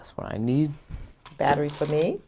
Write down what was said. that's where i need batteries for me